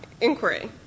inquiry